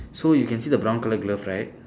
so you can see the brown colour glove right